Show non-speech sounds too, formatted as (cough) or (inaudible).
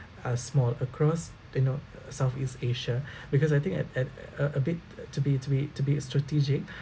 uh small across you know southeast asia (breath) because I think at at a a bit to be to be to be a strategic (breath)